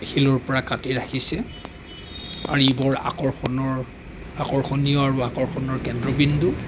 শিলৰ পৰা কাটি ৰাখিছে আৰু ই বৰ আকৰ্ষণৰ আকৰ্ষণীয় আৰু আকৰ্ষণৰ কেন্দ্ৰবিন্দু